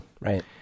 Right